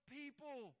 people